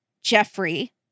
Jeffrey